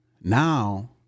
now